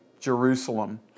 Jerusalem